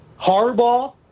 Harbaugh